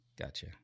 Gotcha